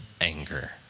anger